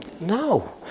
No